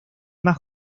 más